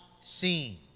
seen